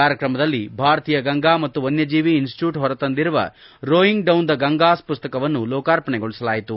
ಕಾರ್ಯಕ್ರಮದಲ್ಲಿ ಭಾರತೀಯ ಗಂಗಾ ಮತ್ತು ವನ್ನಜೀವಿ ಇನ್ಸಿಟಿಟ್ಯೂಟ್ ಹೊರತಂದಿರುವ ರೋಯಿಂಗ್ ಡೌನ್ ದ ಗಂಗಾಸ್ ಮಸ್ತಕವನ್ನು ಲೋಕಾರ್ಪಣೆಗೊಳಿಸಲಾಯಿತು